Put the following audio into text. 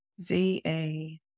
Z-A